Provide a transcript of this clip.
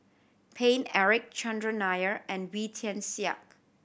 Paine Eric Chandran Nair and Wee Tian Siak